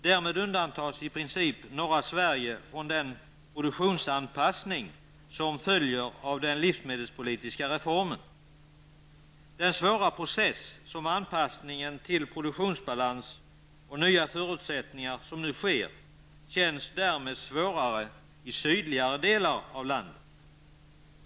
Därmed undantas i princip norra Sverige från den produktionsanpassning som följer av den livsmedelspolitiska reformen. Den svåra process som anpassningen till produktionsbalans och nya förutsättningar medför känns därmed svårare i sydligare delar av landet.